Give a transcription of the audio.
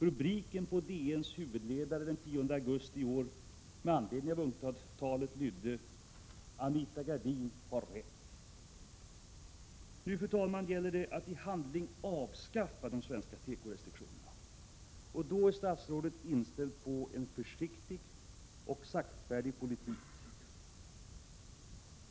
Rubriken på DN:s huvudledare den 10 augusti i år med anledning av UNCTAD:-talet lydde: ”Anita Gradin har rätt.” Men nu när det i handling gäller att avskaffa de svenska tekorestriktionerna, då är statsrådet inställd på en försiktig och saktfärdig politik.